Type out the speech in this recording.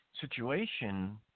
situation